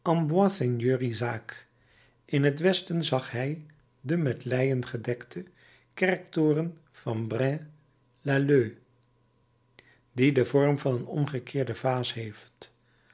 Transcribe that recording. en bois seigneur isaac in het westen zag hij den met leien gedekten kerktoren van braine lalleud die den vorm van een omgekeerde vaas heeft